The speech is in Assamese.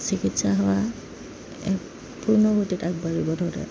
চিকিৎসা সেৱা এক পূৰ্ণগতিত আগবাঢ়িব ধৰে